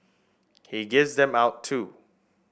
he gives them out too